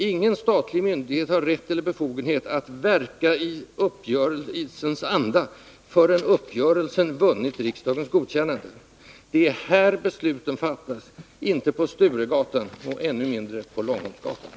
Ingen statlig myndighet har rätt eller befogenhet att verka ”i uppgörelsens anda” förrän uppgörelsen vunnit riksdagens godkännande. Det är här besluten fattas, inte på Sturegatan och ännu mindre på Långholmsgatan.